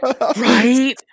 Right